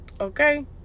Okay